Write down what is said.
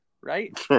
Right